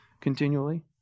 continually